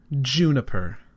Juniper